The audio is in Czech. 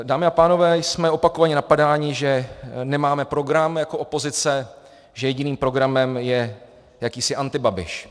Dámy a pánové, jsme opakovaně napadáni, že nemáme program jako opozice, že jediným programem je jakýsi antibabiš.